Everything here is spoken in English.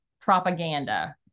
propaganda